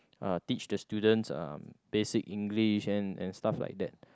uh teach the students uh basic English and and stuff like that